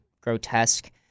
grotesque